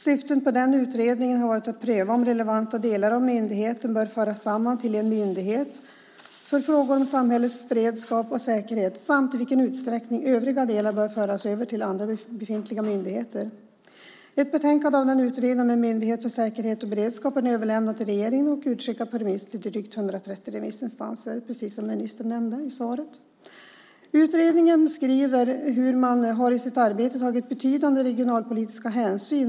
Syftet med den utredningen har varit att pröva om relevanta delar av myndigheten bör föras samman till en myndighet för frågor som samhällets beredskap och säkerhet samt i vilken utsträckning övriga delar bör föras över till andra befintliga myndigheter. Ett betänkande från utredningen av en myndighet för säkerhet och beredskap är överlämnat till regeringen och utskickad på remiss till drygt 130 remissinstanser, precis som ministern nämnde i svaret. Utredningen skriver hur man i sitt arbete har tagit betydande regionalpolitiska hänsyn.